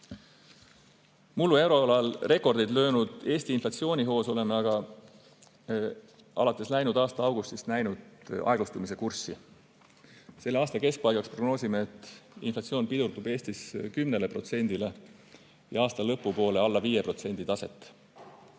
euroalal rekordeid löönud Eesti inflatsiooni hoos oleme aga alates läinud aasta augustist näinud aeglustumise kurssi. Selle aasta keskpaigaks prognoosime, et inflatsioon pidurdub Eestis 10%-le ja aasta lõpu poole alla 5% taset. Eesti